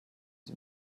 sie